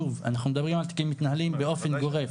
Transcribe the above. שוב, אנחנו מדברים על תיקים מתנהלים באופן גורף.